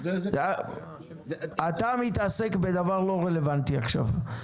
אתה מתעסק בדבר לא רלוונטי עכשיו.